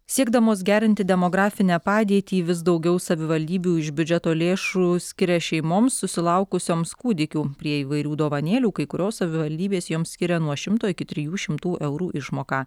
siekdamos gerinti demografinę padėtį vis daugiau savivaldybių iš biudžeto lėšų skiria šeimoms susilaukusioms kūdikių prie įvairių dovanėlių kai kurios savivaldybės joms skiria nuo šimto iki trijų šimtų eurų išmoką